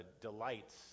delights